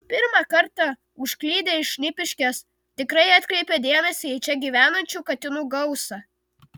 pirmą kartą užklydę į šnipiškes tikrai atkreipia dėmesį į čia gyvenančių katinų gausą